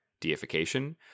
deification